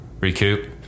recoup